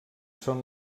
són